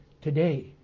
today